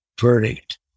verdict